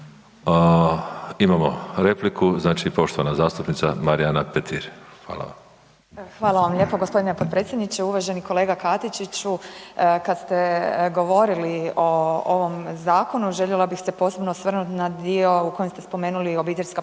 Imamo repliku, znači poštovana zastupnica Marijana Petir. Hvala vam. **Petir, Marijana (Nezavisni)** Hvala vam lijepo g. potpredsjedniče. Uvaženi kolega Katičiću, kad ste govorili o ovom zakonu, željela bi se posebno osvrnuti na dio u kojem ste spomenuli OPG-ove